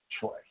choice